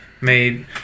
made